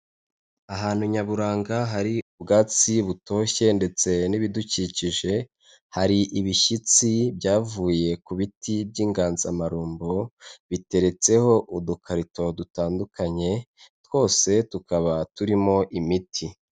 Ahantu nyaburanga hari ubwatsi butoshye ndetse n'ibidukikije, hari ibishyitsi byavuye ku biti by'inganzamarumbo, biteretseho udukarito dutandukanye, twose tukaba turimo imiti.